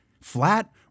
flat